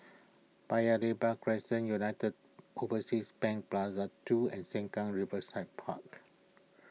Paya Lebar Crescent United Overseas Bank Plaza two and Sengkang Riverside Park